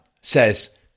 says